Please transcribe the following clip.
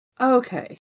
Okay